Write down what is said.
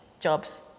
jobs